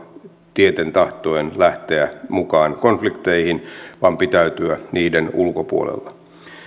tieten tahtoen lähteä mukaan konflikteihin vaan pitäytyä niiden ulkopuolella